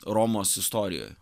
romos istorijoj